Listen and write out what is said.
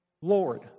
Lord